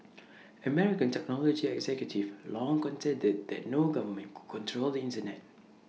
American technology executives long contended that no government could control the Internet